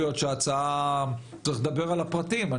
צריך לדבר על הפרטים.